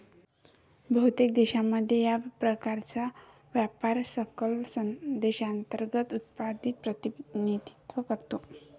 बहुतेक देशांमध्ये, या प्रकारचा व्यापार सकल देशांतर्गत उत्पादनाचे प्रतिनिधित्व करतो